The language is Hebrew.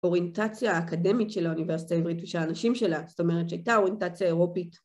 אוריינטציה אקדמית של האוניברסיטה העברית ושל האנשים שלה, זאת אומרת שהייתה אוריינטציה אירופית.